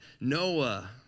Noah